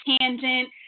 tangent